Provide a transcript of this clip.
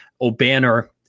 O'Banner